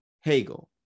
Hegel